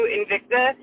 Invicta